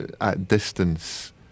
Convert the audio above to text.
at-distance